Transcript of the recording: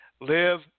live